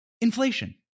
inflation